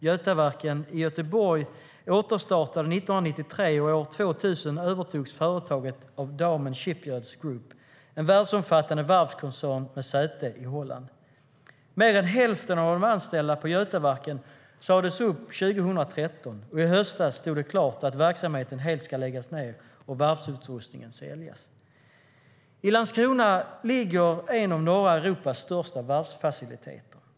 Götaverken i Göteborg återstartade 1993, och år 2000 övertogs företaget av Damen Shipyards Group, en världsomfattande varvskoncern med säte i Holland. Mer än hälften av de anställda på Damen Götaverken sades upp 2013, och i höstas stod det klart att verksamheten helt ska läggas ned och varvsutrustningen säljas.I Landskrona ligger en av norra Europas största varvsfaciliteter.